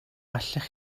allech